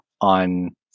on